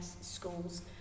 schools